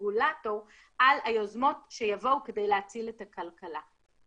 הרגולטור על היוזמות שיבואו כדי להציל את הכלכלה.